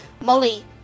Molly